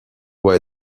doit